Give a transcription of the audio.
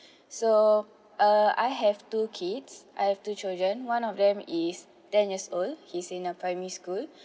so uh I have two kids I have two children one of them is ten years old he's in a primary school